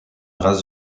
race